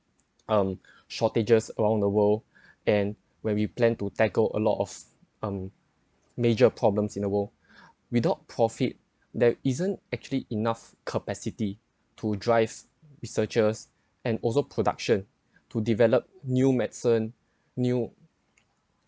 um shortages around the world and when we plan to tackle a lot of um major problems in the world without profit there isn't actually enough capacity to drive researchers and also production to develop new medicine new